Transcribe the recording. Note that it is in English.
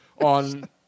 on